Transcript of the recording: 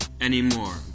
anymore